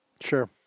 Sure